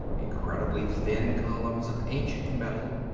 incredibly thin columns of ancient metal,